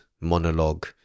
monologue